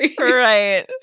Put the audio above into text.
Right